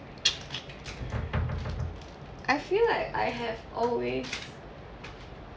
I feel like I have always